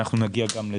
ואנחנו נגיע גם לזה.